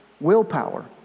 willpower